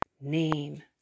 name